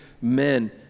men